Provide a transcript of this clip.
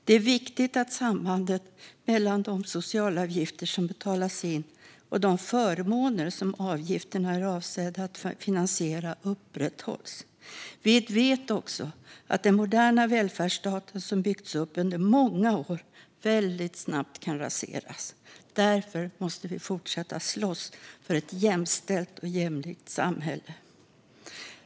Det är viktigt att sambandet mellan de socialavgifter som betalas in och de förmåner som avgifterna är avsedda att finansiera upprätthålls. Vi vet också att den moderna välfärdsstaten som byggts upp under många år väldigt snabbt kan raseras. Därför måste vi fortsätta att slåss för ett jämställt och jämlikt samhälle.